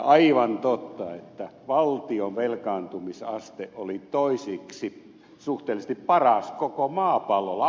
aivan totta että valtion velkaantumisaste oli suhteellisesti toiseksi paras koko maapallolla